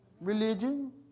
Religion